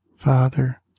Father